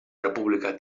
república